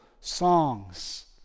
songs